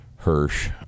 hirsch